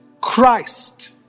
Christ